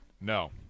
No